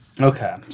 Okay